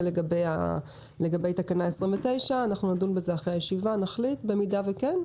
לגבי תקנה 29. אני מעדכנת שכרגע סיימנו,